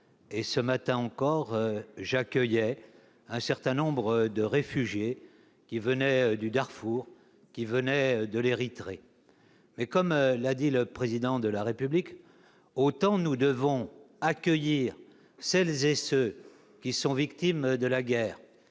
Ce matin encore, j'accueillais un certain nombre de réfugiés venant du Darfour et de l'Érythrée. Mais, comme l'a dit le Président de la République, autant nous devons accueillir celles et ceux qui sont victimes de la guerre